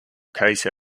case